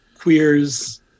queers